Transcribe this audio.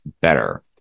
better